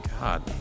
God